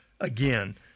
again